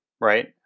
right